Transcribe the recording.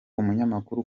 umunyamakuru